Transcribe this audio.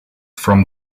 from